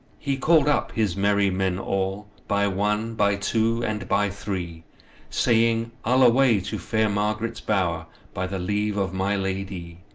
he called up his merry men all, by one, by two, and by three saying, i'll away to fair marg'ret's bower, by the leave of my ladie.